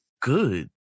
good